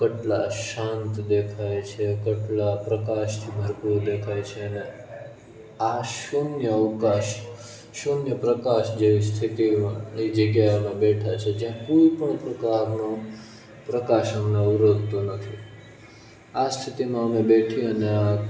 કેટલાં શાંત દેખાય છે કેટલાં પ્રકાશથી ભરપૂર દેખાય છે અને આ શૂન્ય અવકાશ શૂન્યપ્રકાશ જેવી સ્થતિમાં ઘણી જગ્યાએ અમે બેઠા છીએ જ્યાં કોઈ પણ પ્રકારનો પ્રકાશ અમને અવરોધતો નથી આ સ્થિતિમાં અમે બેઠી અને આ